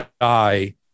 die